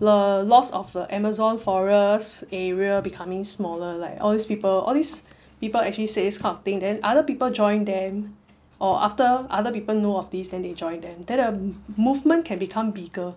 the loss of the amazon forest area becoming smaller like all these people all these people actually says this kind of thing then other people join them or after other people know of these then they join them then the movement can become bigger